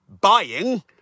buying